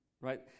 right